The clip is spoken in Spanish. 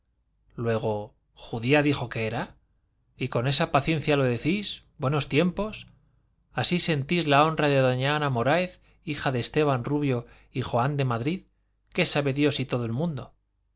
luego judía dijo que era y con esa paciencia lo decís buenos tiempos así sentís la honra de doña ana moráez hija de esteban rubio y joan de madrid que sabe dios y todo el mundo